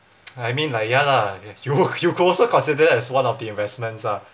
I mean like ya lah you you can also considered as one of the investments ah